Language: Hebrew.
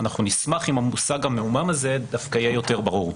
אנחנו נשמח אם המושג המעומעם הזה דווקא יהיה יותר ברור.